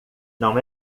não